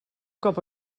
cop